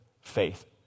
faith